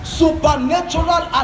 supernatural